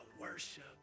worship